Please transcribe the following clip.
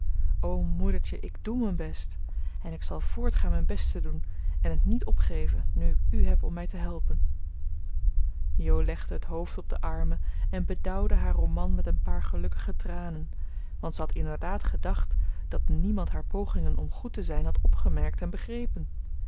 o moedertje ik doe mijn best en ik zal voortgaan mijn best te doen en het niet opgeven nu ik u heb om mij te helpen jo legde het hoofd op de armen en bedauwde haar roman met een paar gelukkige tranen want ze had inderdaad gedacht dat niemand haar pogingen om goed te zijn had opgemerkt en begrepen